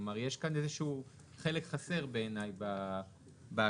יש כאן איזשהו חלק חסר בעיניי בהגדרה.